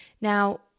Now